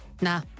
Nah